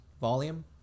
volume